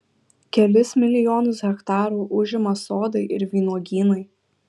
kelis milijonus hektarų užima sodai ir vynuogynai